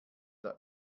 der